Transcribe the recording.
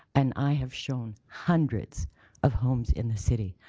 and i have shown hundreds of homes in the city.